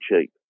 cheap